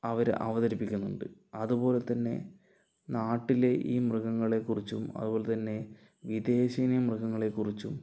അവര് അവതരിപ്പിക്കുന്നുണ്ട് അതുപോലെ തന്നെ നാട്ടിലെ ഈ മൃഗങ്ങളെ കുറിച്ചും അവർ തന്നെ വിദേശി മൃഗങ്ങളെ കുറിച്ചും